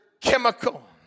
chemical